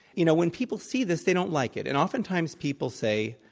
you know, when people see this, they don't like it. and oftentimes people say,